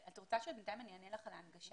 את רוצה שבינתיים אני אענה לך על ההנגשה?